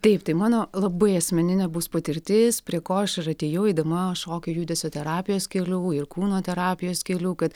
taip tai mano labai asmeninė bus patirtis prie ko aš ir atėjau eidama šokio judesio terapijos keliu ir kūno terapijos keliu kad